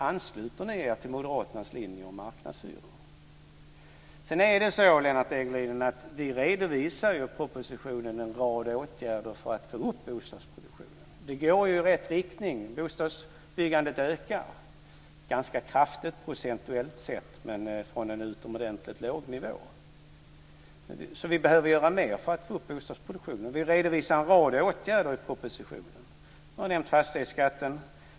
Ansluter ni er till moderaternas linje om marknadshyror? Sedan är det så, Lennart Degerliden, att vi redovisar i propositionen en rad åtgärder för att få upp bostadsproduktionen. Det går i rätt riktning. Bostadsbyggandet ökar ganska kraftigt procentuellt sett, men från en utomordentligt låg nivå, så vi behöver göra mer för att få upp bostadsproduktionen. Vi redovisar en rad åtgärder i propositionen. Jag har nämnt fastighetsskatten.